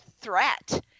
threat